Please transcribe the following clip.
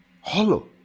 hollow